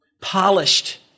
polished